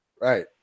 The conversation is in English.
Right